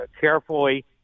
carefully